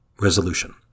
Resolution